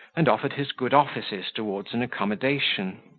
and offered his good offices towards an accommodation.